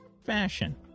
fashion